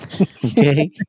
Okay